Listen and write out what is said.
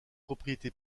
propriété